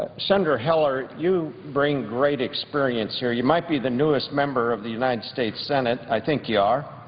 and senator heller, you bring great experience here. you might be the newest member of the united states senate i think you are